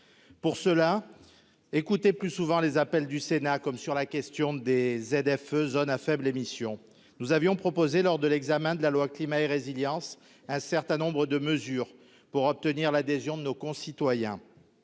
pour cela écoutez plus souvent les appels du Sénat comme sur la question des ZFU zones à faibles émissions, nous avions proposé lors de l'examen de la loi climat et résilience, un certain nombre de mesures pour obtenir l'adhésion de nos concitoyens,